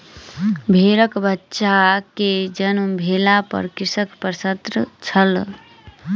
भेड़कबच्चा के जन्म भेला पर कृषक प्रसन्न छल